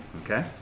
Okay